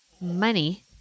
Money